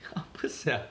apa sia